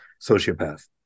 sociopath